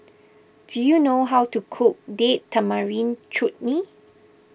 do you know how to cook Date Tamarind Chutney